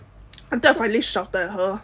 until I finally shouted at her